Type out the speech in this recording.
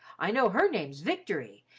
i know her name's victory,